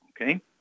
Okay